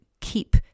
keep